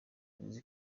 izi